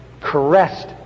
caressed